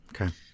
Okay